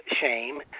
shame